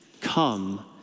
come